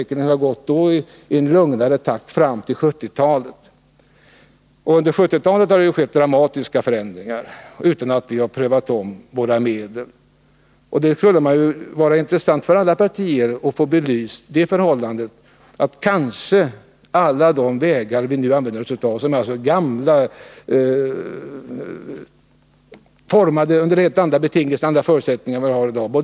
Under 1970-talet har det emellertid skett dramatiska förändringar, utan att vi har omprövat våra medel. Det kunde vara intressant för alla partier att få dessa förändringar belysta med tanke på att de många regler som vi i dag tillämpar är gamla och utformade efter helt andra förutsättningar än de som gäller i dag.